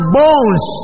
bones